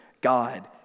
God